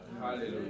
Hallelujah